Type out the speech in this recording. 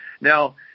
now